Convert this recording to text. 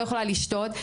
לא יכולה לשתות,